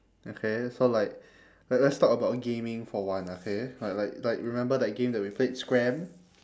okay so like le~ let's talk about gaming for one okay like like like remember that game that we played scram